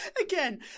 Again